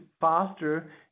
faster